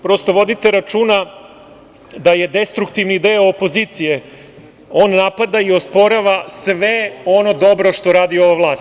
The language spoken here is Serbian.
Prosto, vodite računa da destruktivni deo opozicije napada i osporava sve ono dobro što radi ova vlast.